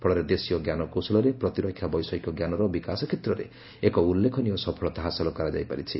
ଫଳରେ ଦେଶୀୟ ଜ୍ଞାନକୌଶଳରେ ପ୍ରତିରକ୍ଷା ବୈଷୟିକ ଜ୍ଞାନର ବିକାଶ କ୍ଷେତ୍ରରେ ଏକ ଉଲ୍ଲେଖନୀୟ ସଫଳତା ହାସଲ କରାଯାଇ ପାରିଛି